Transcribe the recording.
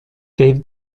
gave